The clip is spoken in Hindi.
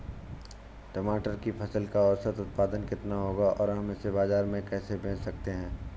टमाटर की फसल का औसत उत्पादन कितना होगा और हम इसे बाजार में कैसे बेच सकते हैं?